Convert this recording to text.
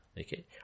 Okay